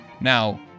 Now